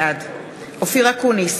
בעד אופיר אקוניס,